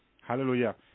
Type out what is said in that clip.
Hallelujah